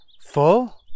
full